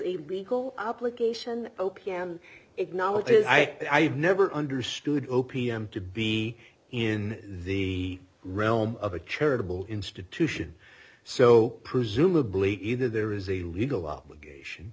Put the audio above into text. a legal obligation o p m acknowledged as i have never understood o p m to be in the realm of a charitable institution so presumably either there is a legal obligation